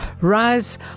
RISE